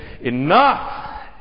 enough